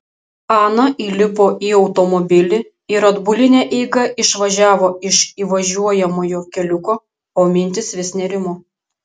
ana įlipo į automobilį ir atbuline eiga išvažiavo iš įvažiuojamojo keliuko o mintys vis nerimo